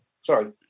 Sorry